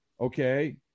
Okay